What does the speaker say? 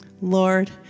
Lord